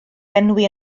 enwi